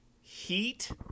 Heat